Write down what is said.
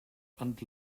and